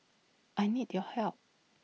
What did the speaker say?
I need your help